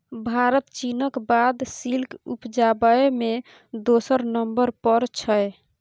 भारत चीनक बाद सिल्क उपजाबै मे दोसर नंबर पर छै